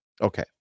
Okay